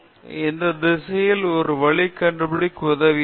இன்று நான் அந்த திசையில் ஒரு வழி கண்டுபிடிக்க முடியும் என்ற நம்பிக்கை உள்ளது